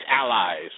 allies